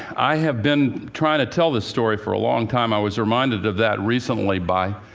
i have been trying to tell this story for a long time. i was reminded of that recently, by